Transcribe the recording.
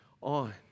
on